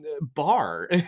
bar